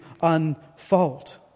unfold